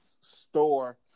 store